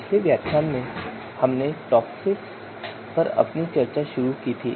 पिछले व्याख्यान में हमने टॉपिस पर अपनी चर्चा शुरू की थी